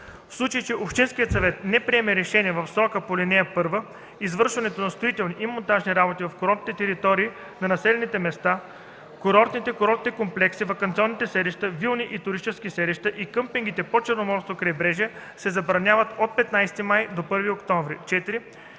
В случай че общинският съвет не приеме решение в срока по ал. 1, извършването на строителни и монтажни работи в курортните територии на населените места, курортите, курортните комплекси, ваканционните селища (вилни и туристически селища) и къмпингите по Черноморското крайбрежие се забранява от 15 май до 1 октомври.